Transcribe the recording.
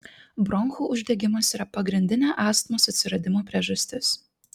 bronchų uždegimas yra pagrindinė astmos atsiradimo priežastis